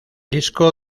disco